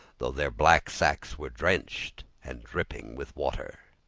though their black sacks were drenched and dripping with water.